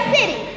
City